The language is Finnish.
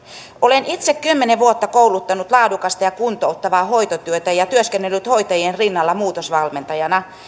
olen itse kymmenen vuotta kouluttanut laadukasta ja kuntouttavaa hoitotyötä ja työskennellyt hoitajien rinnalla muutosvalmentajana